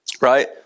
right